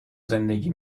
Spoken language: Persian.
زندگی